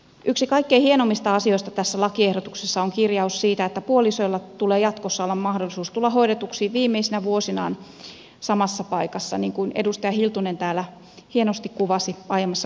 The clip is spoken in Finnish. yksi kaikkein hienoimmista asioista tässä lakiehdotuksessa on kirjaus siitä että puolisoilla tulee jatkossa olla mahdollisuus tulla hoidetuksi viimeisinä vuosinaan samassa paikassa niin kuin edustaja hiltunen täällä hienosti kuvasi aiemmassa puheenvuorossaan